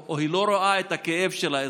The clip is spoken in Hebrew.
או לא רואה את הכאב של האזרח,